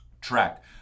track